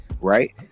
Right